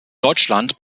deutschland